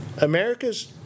America's